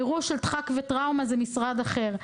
אירוע של דחק וטראומה זה משרד אחר.